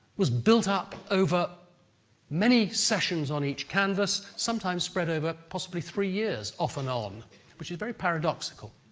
was built up over many sessions on each canvas, sometimes spread over possibly three years off and on which very paradoxical.